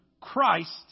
Christ